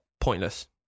Pointless